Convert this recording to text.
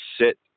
sit